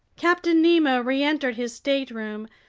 captain nemo reentered his stateroom,